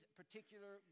particular